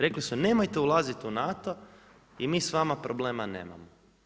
Rekli su nemojte ulaziti u NATO i mi s vama problema nemamo.